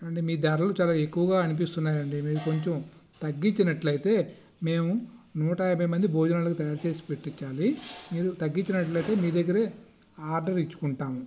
అంటే మీ ధరలు చాలా ఎక్కువగా అనిపిస్తున్నాయి అండీ మీరు కొంచం తగ్గించినట్లయితే మేము నూట యాభై మందికి భోజనాలు తయారు చేసి పెట్టించాలి మీరు తగ్గించినట్లయితే మీ దగ్గరే ఆర్డర్ ఇచ్చుకుంటాము